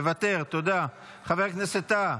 מוותר, תודה, חבר הכנסת טאהא,